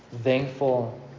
thankful